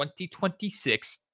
2026